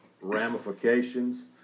ramifications